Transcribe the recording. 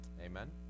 Amen